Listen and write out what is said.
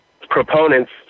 Proponents